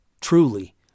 truly